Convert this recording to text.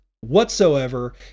whatsoever